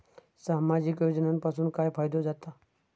सामाजिक योजनांपासून काय फायदो जाता?